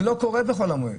זה לא קורה בחול המועד,